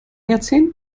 jahrzehnt